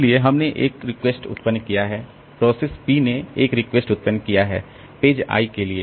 इसलिए इसने एक रिक्वेस्ट उत्पन्न किया है प्रोसेस p ने एक रिक्वेस्ट उत्पन्न किया है पेज i के लिए